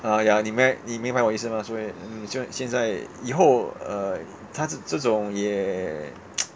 ah ya 你你明白我意思吗所以 mm 虽然现在以后 uh 他这这种也